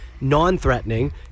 non-threatening